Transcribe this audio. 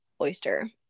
oyster